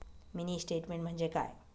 Mini statement म्हणजे काय?